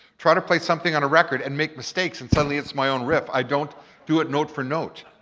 try to play something on a record and make mistakes, and suddenly it's my own riff. i don't do it note-for-note.